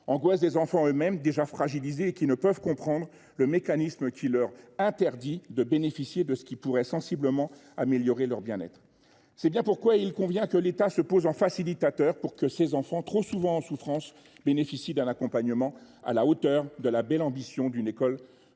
enfin sur les enfants eux mêmes : déjà fragilisés, ils ne peuvent pas comprendre le mécanisme qui leur interdit de bénéficier de ce qui pourrait sensiblement améliorer leur bien être. C’est bien pourquoi il convient que l’État joue le rôle d’un facilitateur, pour que ces enfants, qui sont trop souvent en souffrance, bénéficient d’un accompagnement à la hauteur de la belle ambition d’une école toujours